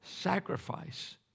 sacrifice